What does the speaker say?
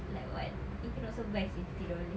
like what you cannot also buy seh fifty dollars